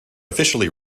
officially